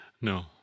No